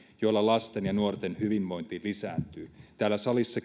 joilla lasten ja nuorten hyvinvointi lisääntyy täällä salissa